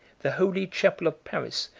the holy chapel of paris,